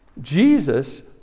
Jesus